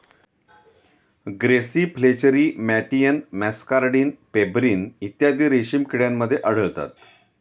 grasserie flacherie मॅटियन muscardine pebrine इत्यादी रेशीम किड्यांमध्ये आढळतात